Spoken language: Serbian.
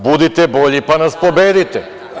Budite bolji, pa nas pobedite.